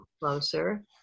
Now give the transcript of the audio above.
Closer